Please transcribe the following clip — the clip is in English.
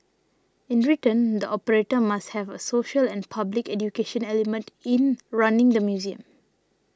in return the operator must have a social and public education element in running the museum